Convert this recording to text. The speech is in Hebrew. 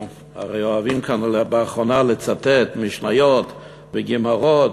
הרי אוהבים כאן באחרונה לצטט משניות וגמרות,